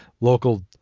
local